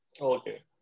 Okay